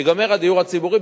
ייגמר הדיור הציבורי.